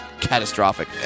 catastrophic